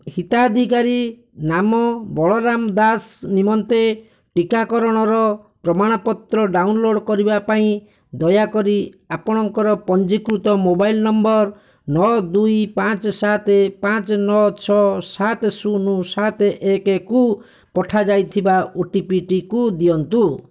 ହିତାଧିକାରୀ ନାମ ବଳରାମ ଦାସ ନିମନ୍ତେ ଟିକାକରଣର ପ୍ରମାଣପତ୍ର ଡାଉନ୍ଲୋଡ଼୍ କରିବା ପାଇଁ ଦୟାକରି ଆପଣଙ୍କର ପଞ୍ଜୀକୃତ ମୋବାଇଲ୍ ନମ୍ବର୍ ନଅ ଦୁଇ ପାଞ୍ଚେ ସାତେ ପାଞ୍ଚେ ନଅ ଛଅ ସାତେ ଶୂନ ସାତେ ଏକେକୁ ପଠାଯାଇଥିବା ଓଟିପିଟିକୁ ଦିଅନ୍ତୁ